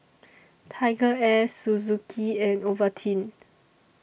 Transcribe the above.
TigerAir Suzuki and Ovaltine